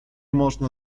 można